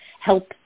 help